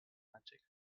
magic